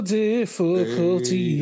difficulty